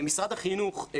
משרד החינוך והמנכ"ל,